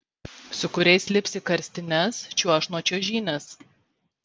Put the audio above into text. su kuriais lips į karstines čiuoš nuo čiuožynės